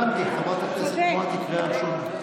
הבנתי, חברת הכנסת מואטי, קריאה ראשונה.